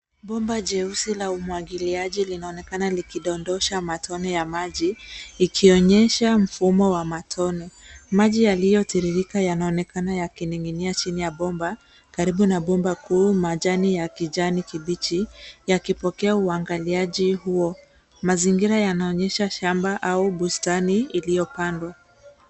Bomba jeusi la umwagiliaji linaonekana likidondosha matone ya maji ikionyesha mfumo wa matone. Maji yaliyotiririka yanaonekana yakining'iniachini ya bomba. Karibu na bomba kuu majani ya kijani kibichi yakipokea uangaliaji huo. Mazingira yanaonyesha shamba au bustani iliyopandwa.